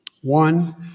One